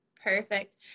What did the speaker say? Perfect